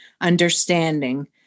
understanding